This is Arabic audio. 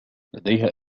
لديها